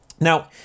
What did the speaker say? Now